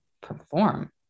perform